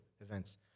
events